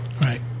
Right